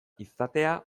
izatea